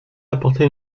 apporté